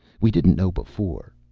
we didn't know before,